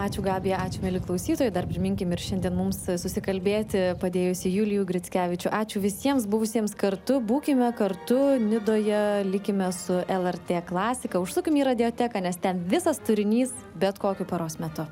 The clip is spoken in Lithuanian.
ačiū gabija ačiū mieli klausytojai dar priminkim ir šiandien mums susikalbėti padėjusį julijų grickevičių ačiū visiems buvusiems kartu būkime kartu nidoje likime su lrt klasiką užsukim į radioteką nes ten visas turinys bet kokiu paros metu